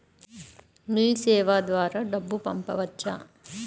మీసేవ ద్వారా డబ్బు పంపవచ్చా?